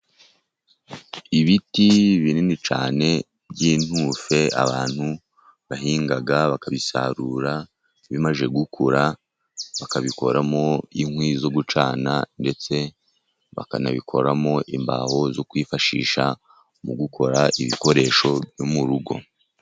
Ibiti binini cyane by'intufe, abantu bahinga bakabisarura bimaze gukura, bakabikoramo inkwi zo gucana, ndetse bakanabikoramo imbaho zo kwifashisha mu gukora ibikoresho byo mu rugo.